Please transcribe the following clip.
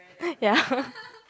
ya